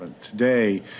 today